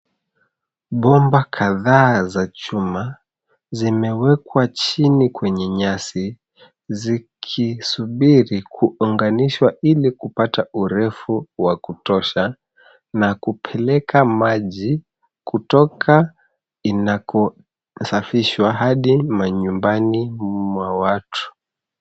Bomba kadhaa za chuma zimewekwa chini kwenye nyasi zikisubiri kuunganishwa ili kupata urefu wa kutosha na kupeleka maji kutoka inakosafishwa hadi manyumbani mwa watu.